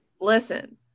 Listen